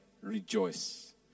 rejoice